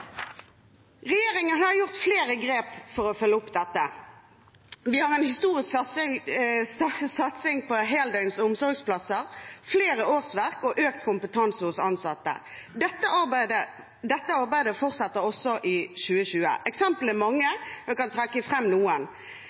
Regjeringen har tatt flere grep for å følge opp dette. Vi har en historisk satsing på heldøgns omsorgsplasser, flere årsverk og økt kompetanse hos ansatte. Dette arbeidet fortsetter i 2020. Eksemplene er mange, men jeg kan trekke fram noen.